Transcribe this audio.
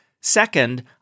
Second